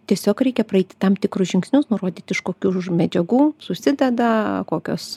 tiesiog reikia praeiti tam tikrus žingsnius nurodyti iš kokių medžiagų susideda kokios